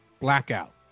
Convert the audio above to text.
blackout